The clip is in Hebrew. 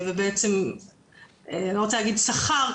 אני לא רוצה להגיד שהוא סחר,